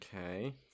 Okay